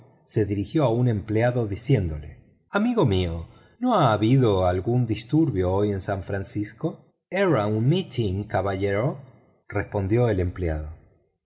se dirigió a un empleado diciéndole amigo mío no ha habido algunos disturbios hoy en san francisco era un mitin caballero respondió el empleado